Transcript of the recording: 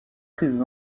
prises